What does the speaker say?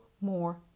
more